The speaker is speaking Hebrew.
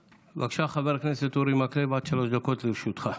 בבקשה, חבר הכנסת אורי מקלב, עד שלוש דקות לרשותך.